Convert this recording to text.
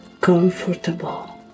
comfortable